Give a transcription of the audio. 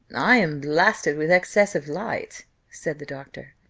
i am blasted with excess of light said the doctor.